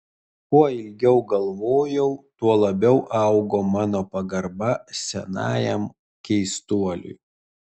kuo ilgiau galvojau tuo labiau augo mano pagarba senajam keistuoliui